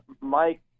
Mike